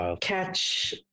catch